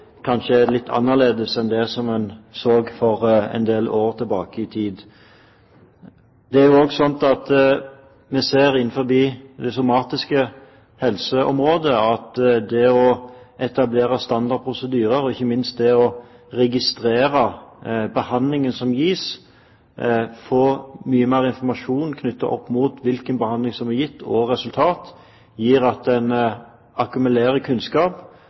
kanskje er litt annerledes enn det en så for en del år tilbake i tid. Det er også slik at vi innenfor det somatiske helseområdet ser at det å etablere standard prosedyrer, og ikke minst det å registrere behandlingen som gis – få mye mer informasjon knyttet opp mot hvilken behandling som er gitt, og resultater – gjør at en akkumulerer kunnskap,